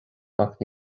ach